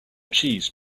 cheese